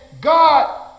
God